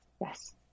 Yes